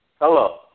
Hello